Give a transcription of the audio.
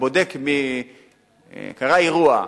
קרה אירוע,